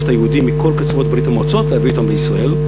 את היהודים מכל קצוות ברית-המועצות ויביא אותם לישראל.